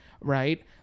right